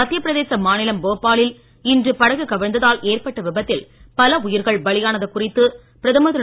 மத்தியப் பிரதேச மாநிலம் போபா லில் இன்று படகு கவிழ்ந்ததால் ஏற்பட்ட விபத்தில் பல உயிர்கள் பலியானது குறித்து பிரதமர் திரு